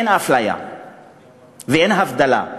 אין אפליה ואין הבדלה.